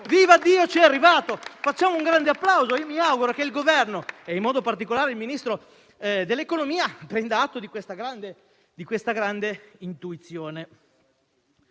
Vivaddio, ci è arrivato: facciamogli un grande applauso! Mi auguro che il Governo e, in modo particolare, il Ministro dell'economia prendano atto di questa grande intuizione.